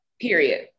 period